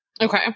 Okay